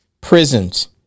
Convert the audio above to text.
prisons